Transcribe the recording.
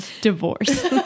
Divorce